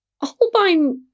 Holbein